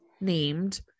named